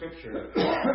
Scripture